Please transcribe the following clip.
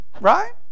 right